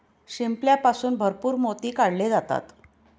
शिंपल्यापासून भरपूर मोती काढले जातात